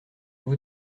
vous